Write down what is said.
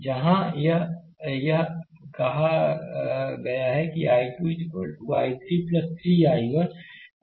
slide समय देखें 3038 तो जहाँ यह यहाँ गया है कि I2 I3 3 I